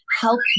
help